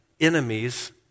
enemies